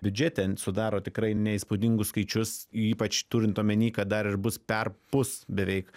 biudžete sudaro tikrai neįspūdingus skaičius ypač turint omeny kad dar ir bus perpus beveik